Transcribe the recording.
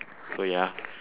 so ya